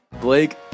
Blake